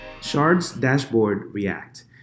Shards-Dashboard-React